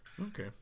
Okay